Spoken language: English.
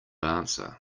answer